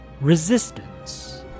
resistance